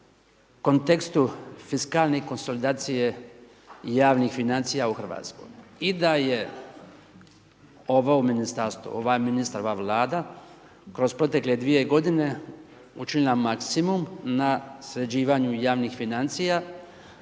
kontekstu fiskalne konsolidacije javnih financija u Hrvatskoj i da je ovo ministarstvo, ovaj ministar, ova Vlada kroz protekle 2 godine učinila maksimum na sređivanju javnih financija